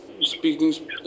Speaking